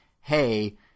hey